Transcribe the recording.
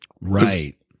right